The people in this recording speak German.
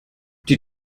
die